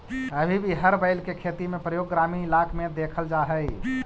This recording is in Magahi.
अभी भी हर बैल के खेती में प्रयोग ग्रामीण इलाक में देखल जा हई